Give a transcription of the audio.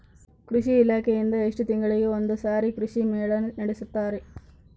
ಕೃಷಿ ಇಲಾಖೆಯಿಂದ ಎಷ್ಟು ತಿಂಗಳಿಗೆ ಒಂದುಸಾರಿ ಕೃಷಿ ಮೇಳ ನಡೆಸುತ್ತಾರೆ?